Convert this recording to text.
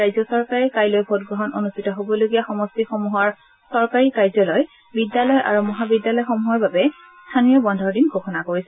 ৰাজ্য চৰকাৰে কাইলৈ ভোটগ্ৰহণ অনুষ্ঠিত হবলগীয়া সমষ্টিসমূহৰ চৰকাৰী কাৰ্যালয় বিদ্যালয় আৰু মহাবিদ্যালয়সমূহৰ বাবে স্থানীয় বন্ধৰ দিন ঘোষণা কৰিছে